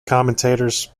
commentators